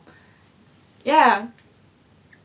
ya